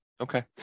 Okay